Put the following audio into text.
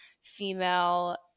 female